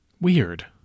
Weird